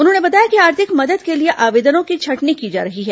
उन्होंने बताया कि आर्थिक मदद के लिए आवेदनों की छंटनी की जा रही है